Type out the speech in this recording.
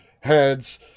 heads